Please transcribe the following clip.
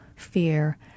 fear